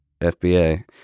FBA